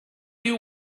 you